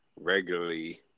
regularly –